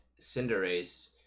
Cinderace